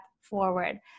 forward